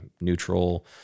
neutral